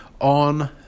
on